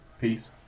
Peace